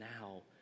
now